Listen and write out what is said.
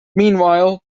meanwhile